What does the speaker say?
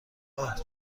اَه